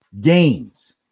games